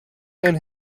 and